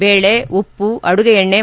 ಬೇಳೆ ಉಪ್ಪು ಅಡುಗೆ ಎಣ್ಣೆ